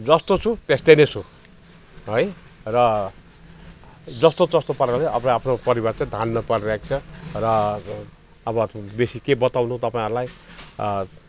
जस्तो छु त्यस्तै नै छु है र जस्तो तस्तो प्रकारले अब आफ्नो परिवार चाहिँ धान्नु परिरहेको छ र अब बेसी के बताउनु तपाईँहरूलाई